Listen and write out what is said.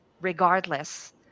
regardless